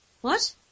What